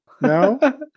No